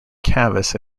canvas